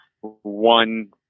one